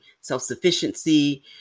self-sufficiency